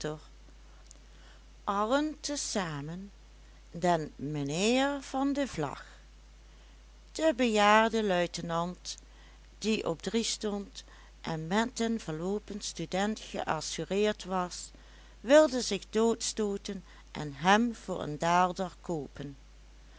allen te zamen den mijnheer van de vlag de bejaarde luitenant die op drie stond en met den verloopen student geassureerd was wilde zich doodstooten en hem voor een daalder koopen